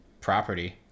property